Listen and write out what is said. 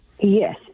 yes